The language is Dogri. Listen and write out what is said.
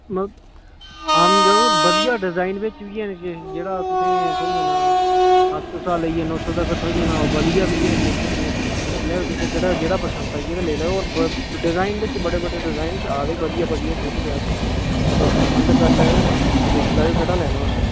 म हां म बधिया डिजाईन बिच बी हैन जेह्ड़ा तुसें ईं थ्होई जाना अट्ठ सौ शा लेइयै नौ सौ तगर थ्होई जाना ओह् बधिया बी हैन किश तो तुस दिक्खी लैओ तुसें केह्ड़ा जेह्ड़ा पसंद आई गेआ लेई लैएओ होर डिजाईन बिच बड़े बड़े डिजाईन च आए दे बधिया बधिया बूट बी आए दे ओह् तुस पसंद करी लैएओ दिक्खी लैएओ केह्ड़ा लैना तुसें